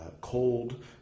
cold